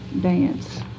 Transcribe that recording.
dance